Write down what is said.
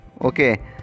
Okay